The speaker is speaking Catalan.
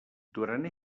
durant